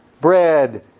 bread